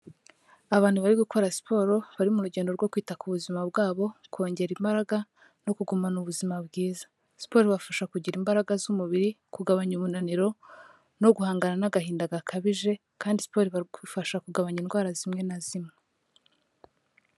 Abantu bari gukora siporo, bari mu rugendo rwo kwita ku buzima bwabo, kongera imbaraga, no kugumana ubuzima bwiza, siporo ibafasha kugira imbaraga z'umubiri, kugabanya umunaniro, no guhangana n'agahinda gakabije, kandi siporo igufasha kugabanya indwara zimwe na zimwe.